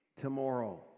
tomorrow